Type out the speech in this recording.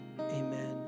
Amen